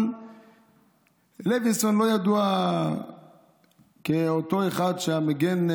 אבל לוינסון לא ידוע כאותו אחד שהיה מגן,